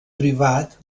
privat